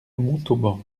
montauban